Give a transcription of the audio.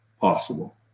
possible